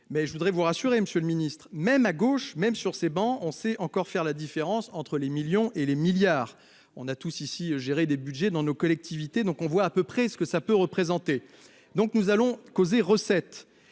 Mais je voudrais vous rassurer, Monsieur le Ministre, même à gauche même sur ces bancs, on sait encore faire la différence entre les millions et les milliards. On a tous ici gérer des Budgets dans nos collectivités. Donc on voit à peu près ce que ça peut représenter. Donc nous allons causer recette.